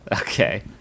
Okay